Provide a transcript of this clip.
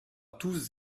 tous